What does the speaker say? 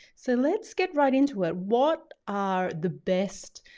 so let's get right into it. what are the best,